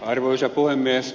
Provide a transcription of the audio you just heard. arvoisa puhemies